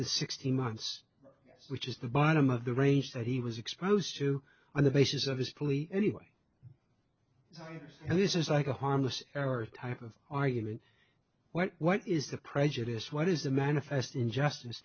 to sixteen months which is the bottom of the range that he was exposed to on the basis of this truly anyway and this is like a harmless error type of argument where what is the prejudice what is a manifest injustice